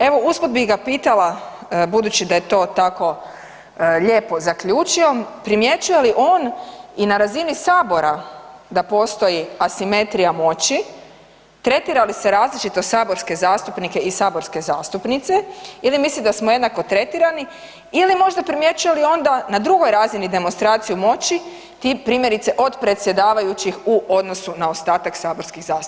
Evo, usput bi ga pitala, budući da je to tako lijepo zaključio, primjećuje li on i na razini Sabora da postoji asimetrija moći, tretira li se različito saborske zastupnike i saborske zastupnice ili misli da smo jednako tretirani ili možda primjećuje li onda na drugoj razini demonstraciju moći i primjerice od predsjedavajućih u odnosu na ostatak saborskih zastupnika?